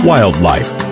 Wildlife